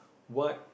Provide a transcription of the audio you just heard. what